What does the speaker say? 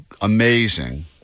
amazing